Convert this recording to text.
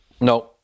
No